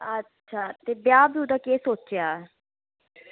अच्छा ते ब्याह् ब्यूह् दा केह् सोचेआ